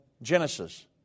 Genesis